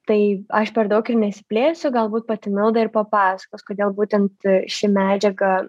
tai aš per daug ir nesiplėsiu galbūt pati milda ir papasakos kodėl būtent ši medžiaga